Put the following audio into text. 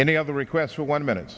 any of the requests for one minute